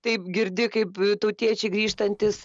taip girdi kaip tautiečiai grįžtantys